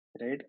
right